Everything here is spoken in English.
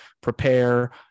prepare